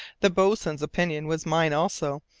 the boatswain's opinion was mine also,